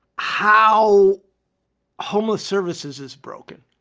how homeless services is broken.